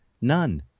None